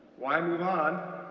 why move on,